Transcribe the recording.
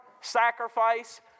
sacrifice